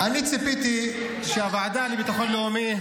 אני ציפיתי שהוועדה לביטחון לאומי,